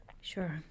Sure